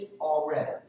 already